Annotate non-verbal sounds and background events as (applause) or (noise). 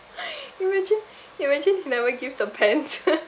(laughs) imagine imagine he never give the pants (laughs)